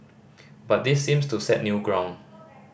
but this seems to set new ground